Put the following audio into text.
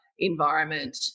Environment